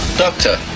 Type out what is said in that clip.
doctor